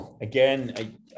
Again